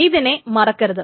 ഇതിനെ മറക്കരുത്